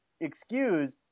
excuse